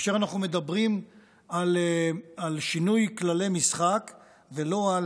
כאשר אנחנו מדברים על שינוי כללי משחק ולא על